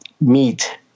meat